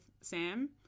Sam